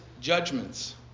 judgments